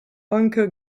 uncle